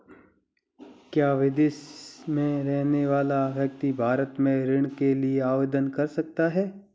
क्या विदेश में रहने वाला व्यक्ति भारत में ऋण के लिए आवेदन कर सकता है?